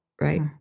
right